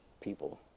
people